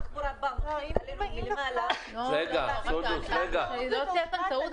--- שלא תהיה כאן טעות.